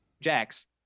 jacks